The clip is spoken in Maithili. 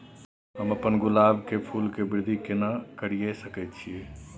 हम अपन गुलाब के फूल के वृद्धि केना करिये सकेत छी?